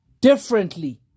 differently